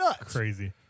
Crazy